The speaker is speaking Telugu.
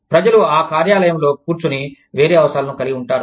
ప్రజలు ఆ కార్యాలయంలో కూర్చుని వేరే అవసరాలను కలిగి ఉంటారు